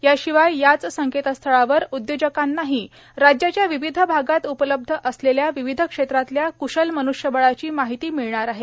याशिवाय याच संकेतस्थळावर उद्योजकांनाही राज्याच्या विविध भागात उपलब्ध असलेल्या विविध क्षेत्रातल्या क्शल मनुष्यबळाची माहिती मिळणार आहे